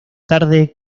tarde